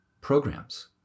programs